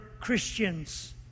Christians